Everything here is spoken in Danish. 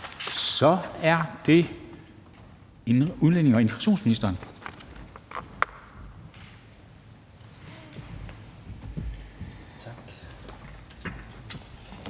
Så er det udlændinge- og integrationsministeren. Kl.